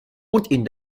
und